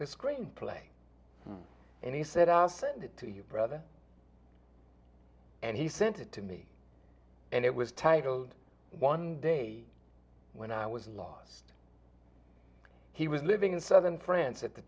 the screenplay and he said i'll send it to you brother and he sent it to me and it was titled one day when i was lost he was living in southern france at the